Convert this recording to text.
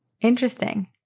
Interesting